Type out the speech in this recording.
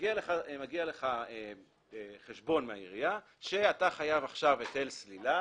מגיע אליך חשבון מן העירייה שאתה חייב היטל סלילה